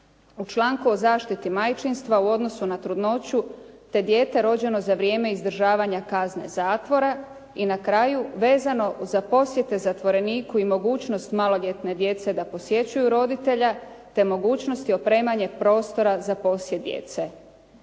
U članku o zaštiti majčinstva u odnosu na trudnoću te dijete rođeno za vrijeme izdržavanja kazne zatvora. I na kraju vezano za posjete zatvoreniku i mogućnost maloljetne djece da posjećuju roditelja te mogućnost i opremanje prostora za posjet djece.